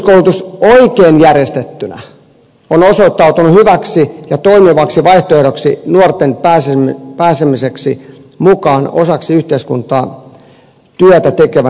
oppisopimuskoulutus oikein järjestettynä on osoittautunut hyväksi ja toimivaksi vaihtoehdoksi nuorten pääsemiseksi mukaan osaksi yhteiskuntaa työtä tekevinä kansalaisina